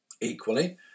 Equally